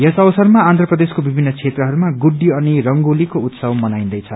यस अवसरमा आन्ध्र प्रदेशको विभिन्न क्षेत्रहरूमा गुड्डी अनि रंगोलीको उत्सव मनाइन्दैछ